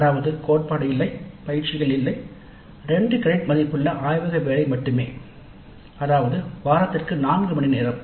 அதாவது கோட்பாடு இல்லை பயிற்சிகள் இல்லை 2 கிரெடிட் மதிப்புள்ள ஆய்வக வேலை மட்டுமே அதாவது வாரத்திற்கு நான்கு மணி நேரம்